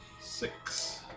Six